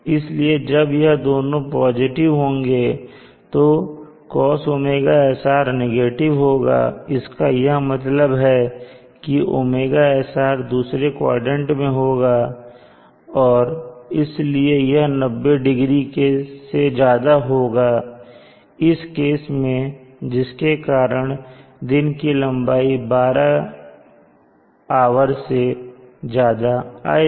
इसलिए जब यह दोनों पॉजिटिव होंगे तो cos ωsr नेगेटिव होगा इसका यह मतलब है कि ωsr दूसरे क्वाड्रेंट में होगा और इसलिए यह 90 डिग्री से ज्यादा होगा इस केस में जिसके कारण दिन की लंबाई 12 आवर से ज्यादा आएगी